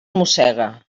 mossega